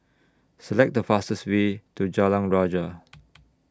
Select The fastest Way to Jalan Rajah